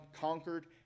conquered